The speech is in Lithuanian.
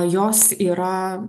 jos yra